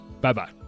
Bye-bye